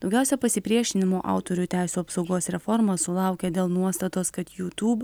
daugiausia pasipriešinimo autorių teisių apsaugos reforma sulaukė dėl nuostatos kad jutūb